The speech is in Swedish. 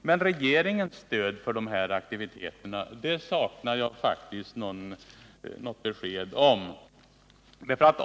Jag har faktiskt saknat besked om regeringens stöd för de anställdas aktivitet.